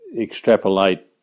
extrapolate